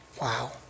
Wow